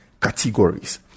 categories